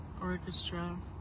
orchestra